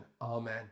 Amen